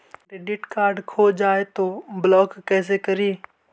Credit card खो जाए तो ब्लॉक कैसे करी?